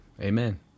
Amen